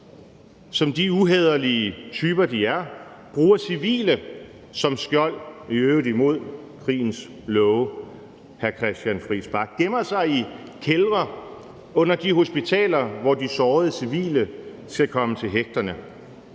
som de uhæderlige typer, de er, bruger civile som skjold, i øvrigt imod krigens love, hr. Christian Friis Bach. De gemmer sig i kældre under de hospitaler, hvor de sårede civile skal komme til hægterne.